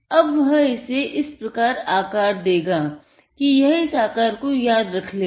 अब वह इसे इस प्रकार आकर देगा कि यह इस आकार को याद रख लेगा